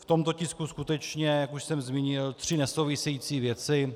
V tomto tisku skutečně, jak už jsem zmínil, tři nesouvisející věci.